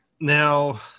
Now